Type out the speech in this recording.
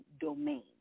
domain